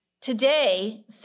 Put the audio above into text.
Today